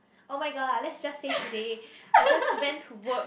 oh-my-god let's just say today I just went to work